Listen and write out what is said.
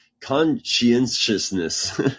conscientiousness